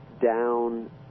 down